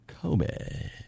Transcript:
Kobe